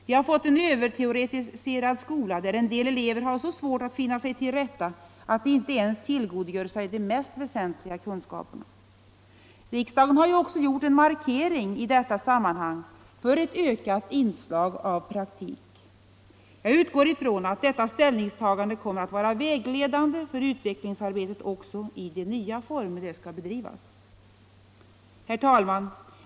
Vi har fått en överteoretiserad skola, där en del elever har så svårt att finna sig till rätta att de inte ens tillgodogör sig de mest väsentliga kunskaperna. Riksdagen har också gjort en markering i detta sammanhang för ett ökat inslag av praktik. Jag utgår från att detta ställningstagande kommer att vara vägledande för utvecklingsarbetet även i de nya former som det skall bedrivas i. Herr talman!